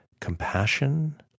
compassion